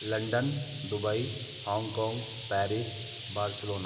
London Dubai Hong Kong Paris Barcelona